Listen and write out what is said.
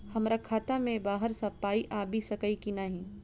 हमरा खाता मे बाहर सऽ पाई आबि सकइय की नहि?